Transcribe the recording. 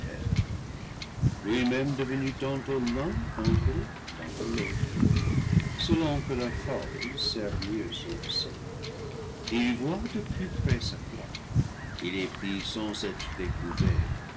lui-même devenu tantôt l'un d'entre eux tantôt l'autre selon que leur forme sert mieux son dessein il voit de plus près sa proie il épie sans être découvert